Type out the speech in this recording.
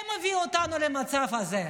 הם הביאו אותנו למצב הזה.